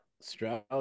Stroud